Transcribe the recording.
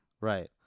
Right